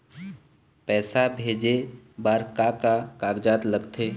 पैसा भेजे बार का का कागजात लगथे?